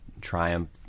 triumph